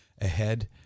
ahead